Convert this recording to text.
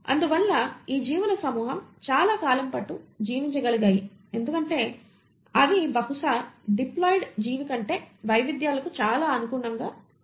అందువల్ల ఈ జీవుల సమూహం చాలా కాలం పాటు జీవించగలిగాయి ఎందుకంటే అవి బహుశా డిప్లాయిడ్ జీవి కంటే వైవిధ్యాలకు చాలా అనుకూలంగా ఉంటాయి